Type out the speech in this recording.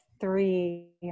three